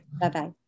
Bye-bye